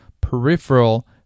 peripheral